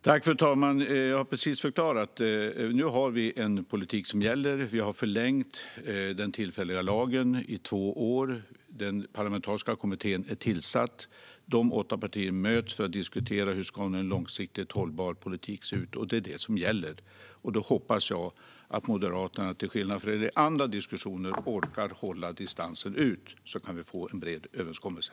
Fru talman! Jag har precis förklarat. Nu har vi en politik som gäller. Vi har förlängt den tillfälliga lagen i två år. Den parlamentariska kommittén är tillsatt. Åtta partier möts för att diskutera hur en långsiktigt hållbar politik ska se ut. Det är vad som gäller. Då hoppas jag att Moderaterna till skillnad från i andra diskussioner orkar hålla distansen ut så att vi kan få en bred överenskommelse.